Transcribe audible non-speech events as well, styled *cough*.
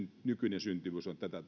nykyinen syntyvyys on tätä *unintelligible*